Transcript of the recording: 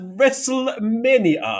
WrestleMania